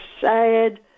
sad